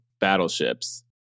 battleships